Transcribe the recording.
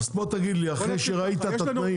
אז בוא תגיד לי אחרי שראית את התנאים,